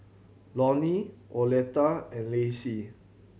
Lonie Oleta and Lacy